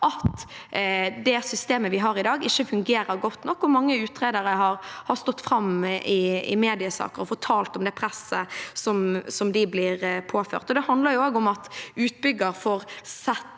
at det systemet vi har i dag, ikke fungerer godt nok. Mange utredere har stått fram i mediesaker og fortalt om det presset de blir påført. Det handler også om at utbygger får sette